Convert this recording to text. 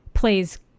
plays